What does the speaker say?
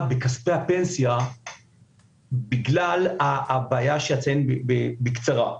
בכספי הפנסיה בגלל הבעיה שאציין בקצרה.